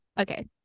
Okay